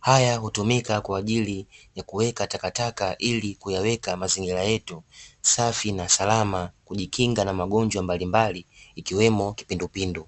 Haya hutumika kwa ajili ya kuweka takataka ili kuweka mazingira yetu safi na salama, kujikinga na magonjwa mbalimbali ikiwemo kipindupindu.